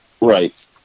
right